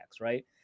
Right